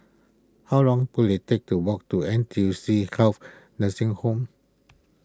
how long will it take to walk to N T U C Health Nursing Home